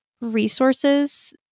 resources